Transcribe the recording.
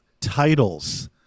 titles